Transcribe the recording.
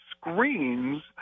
screens